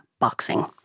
boxing